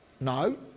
No